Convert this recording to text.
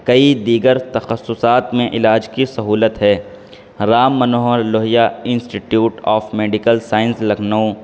کئی دیگر تخصصات میں علاج کی سہولت ہے Ram Manohar Lohia institute of medical science Lucknow